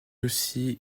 aussi